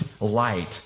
light